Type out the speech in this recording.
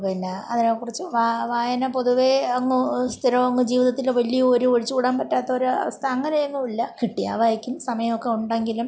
പിന്നെ അതിനെ കുറിച്ച് വായന പൊതുവേ അങ്ങ് സ്ഥിരമങ്ങ് ജീവിതത്തില് വലിയൊരു ഒഴിച്ച്കൂടാൻ പറ്റാത്തൊര് അവസ്ഥ അങ്ങനെയൊന്നുമില്ല കിട്ടിയാൽ വായിക്കും സമയമൊക്കെ ഉണ്ടെങ്കിലും